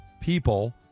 people